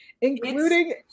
including